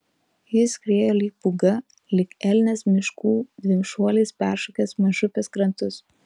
jis skriejo lyg pūga lyg elnias miškų dviem šuoliais peršokęs mažupės krantus